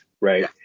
right